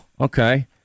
okay